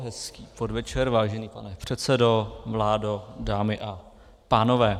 Hezký podvečer, vážený pane předsedo, vládo, dámy a pánové.